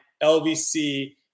LVC